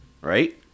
right